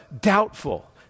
doubtful